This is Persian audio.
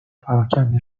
پراکنده